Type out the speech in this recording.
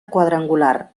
quadrangular